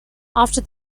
after